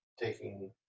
taking